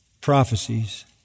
prophecies